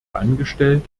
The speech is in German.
angestellt